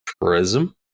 Prism